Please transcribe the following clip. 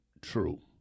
true